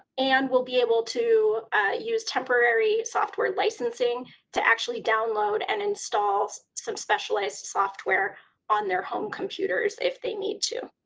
and we'll be able to use temporary software licensing to actually download and install some specialized software on their home computers if they need to.